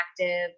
active